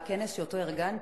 בכנס שאתה ארגנת,